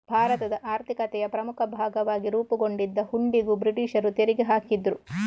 ಭಾರತದ ಆರ್ಥಿಕತೆಯ ಪ್ರಮುಖ ಭಾಗವಾಗಿ ರೂಪುಗೊಂಡಿದ್ದ ಹುಂಡಿಗೂ ಬ್ರಿಟೀಷರು ತೆರಿಗೆ ಹಾಕಿದ್ರು